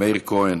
מאיר כהן,